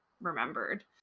remembered